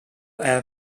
air